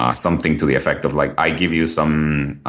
ah something to the effect of like i give you some